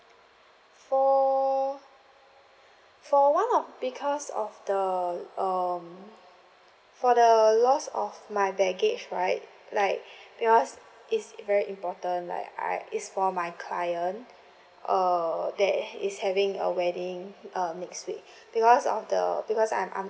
for for one of because of the um for the loss of my baggage right like because it's very important like I it's for my client err that is having a wedding um next week because of the because I'm I'm